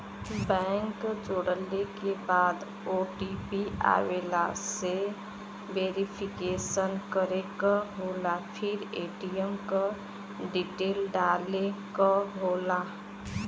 bank जोड़ले के बाद ओ.टी.पी आवेला से वेरिफिकेशन करे क होला फिर ए.टी.एम क डिटेल डाले क होला